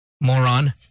moron